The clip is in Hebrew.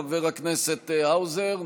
חבר הכנסת האוזר,